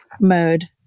mode